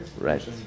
Right